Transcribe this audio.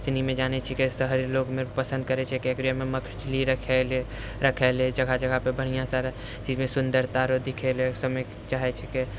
सनी जानै छिकै शहरी लोक पसन्द करै छै एक्वैरियममे मछली रखै लेल जगह जगहपर बढ़िआँसँ जाहिमे सुन्दरता रऽ दिखैलए चाहै छिकै